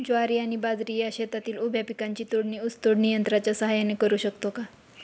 ज्वारी आणि बाजरी या शेतातील उभ्या पिकांची तोडणी ऊस तोडणी यंत्राच्या सहाय्याने करु शकतो का?